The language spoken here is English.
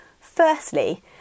Firstly